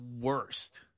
worst